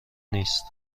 نیست